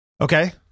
Okay